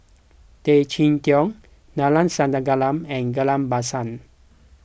Tay Chee Toh Neila Sathyalingam and Ghillie Basan